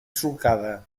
solcada